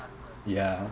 ya